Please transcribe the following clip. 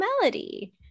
Melody